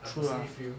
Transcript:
I personally feel